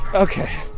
ok.